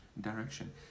direction